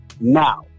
now